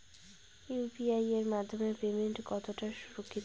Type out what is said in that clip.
UPI এর মাধ্যমে payment কতটা সুরক্ষিত?